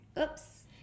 Oops